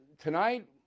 tonight